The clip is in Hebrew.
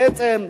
בעצם,